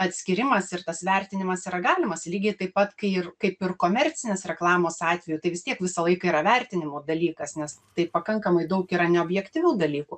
atskyrimas ir tas vertinimas yra galimas lygiai taip pat kai ir kaip ir komercinės reklamos atveju tai vis tiek visą laiką yra vertinimo dalykas nes tai pakankamai daug yra neobjektyvių dalykų